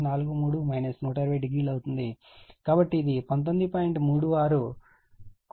కాబట్టి ఇది 19